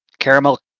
caramel